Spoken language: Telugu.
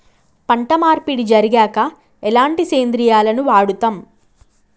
పంట మార్పిడి జరిగాక ఎలాంటి సేంద్రియాలను వాడుతం?